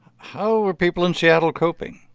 how are people in seattle coping?